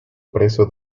preso